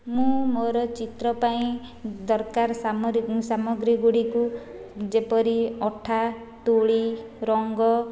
ମୁଁ ମୋର ଚିତ୍ର ପାଇଁ ଦରକାର ସାମଗ୍ରୀଗୁଡ଼ିକୁ ଯେପରି ଅଠା ତୁଳି ରଙ୍ଗ